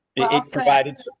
yeah provided, so